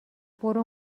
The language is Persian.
برو